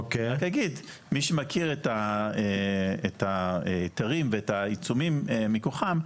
אני רק אגיד מי שמכיר את ההיתרים ואת העיצומים מכוחם,